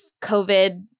COVID